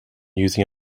using